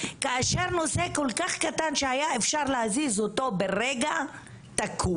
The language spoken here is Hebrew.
כאשר נושא כל כך קטן שהיה אפשר להזיז אותו ברגע תקוע.